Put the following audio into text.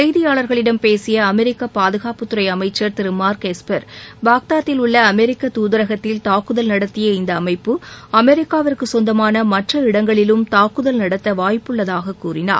செய்தியாளர்களிடம் பேசிய அமெரிக்க பாதுகாப்புத்துறை அமைச்சர் திரு மார்க் எஸ்பர் பாக்தாத்தில் உள்ள அமெரிக்க தூதரகத்தில் தாக்குதல் நடத்திய இந்த அமைப்பு அமெரிக்காவிற்கு சொந்தமான மற்ற இடங்களிலும் தாக்குதல் நடத்த வாய்ப்புள்ளதாக கூறினார்